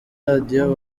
radio